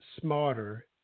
smarter